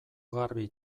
garbi